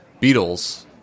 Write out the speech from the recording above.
Beatles